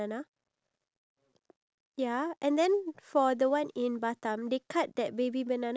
ya I okay I promise to try the duck with you at the restaurant okay